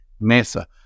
MESA